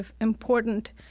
important